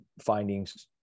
findings